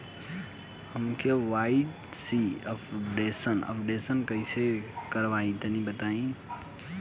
हम KYC updation कइसे करवाई तनि बताई?